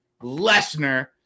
Lesnar